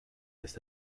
list